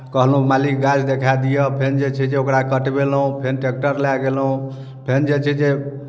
कहलहुँ मालिक गाछ देखा दिअ फेर जे छै जे ओकरा कटबयलहुँ फेर ट्रैक्टर लए गेलहुँ फेर जे छै जे